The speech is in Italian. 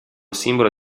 simbolo